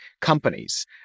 companies